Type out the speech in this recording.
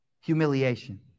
Humiliation